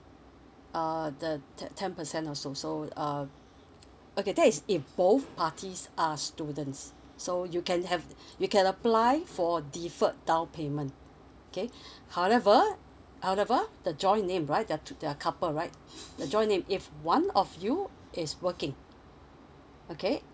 err the ten ten percent also so um okay that is if both parties are students so you can have you can apply for differed down payment okay however however the join name right their their couple right the join name if one of you is working okay